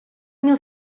mil